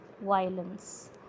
violence